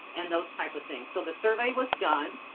and those type of things. so the survey was done.